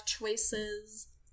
choices